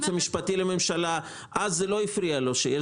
לייעוץ המשפטי לממשלה לא הפריע שיש